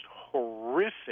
horrific